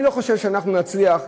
אבל אני לא חושב שאנחנו נצליח,